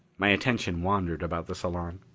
my attention wandered about the salon.